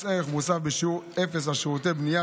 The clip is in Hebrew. מס ערך מוסף בשיעור אפס על שירותי בנייה